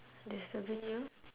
disturbing you